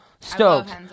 Stoked